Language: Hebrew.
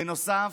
בנוסף,